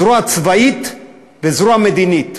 זרוע צבאית וזרוע מדינית.